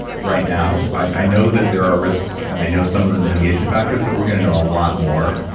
right now. i know that there are risks, and i know some of the mitigation factors, but we're going to know a lot more.